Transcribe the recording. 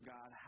God